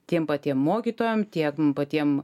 tiem patiem mokytojam tiek m patiem